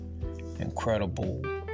incredible